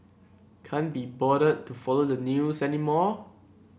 can't be bothered to follow the news anymore